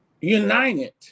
united